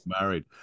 married